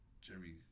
Jerry